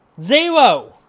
Zero